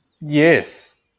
Yes